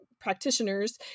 practitioners